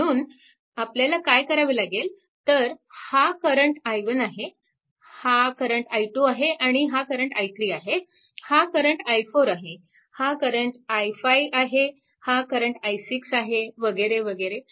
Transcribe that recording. म्हणून आपल्याला काय करावे लागेल तर हा करंट i1 आहे हा करंट i2 आहे हा करंट i3 आहे हा करंट i4 आहे हा करंट i 5 आहे हा करंट i6 आहे वगैरे वगैरे